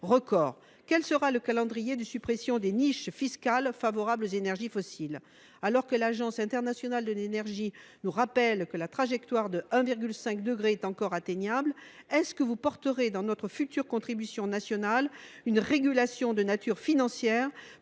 record. Quel est le calendrier de suppression des niches fiscales favorables aux énergies fossiles ? Alors que l’Agence internationale de l’énergie nous rappelle que la trajectoire de 1,5 degré est encore atteignable, défendrez vous dans notre future contribution nationale une régulation de nature financière